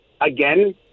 again